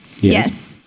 Yes